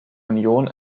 union